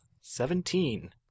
Seventeen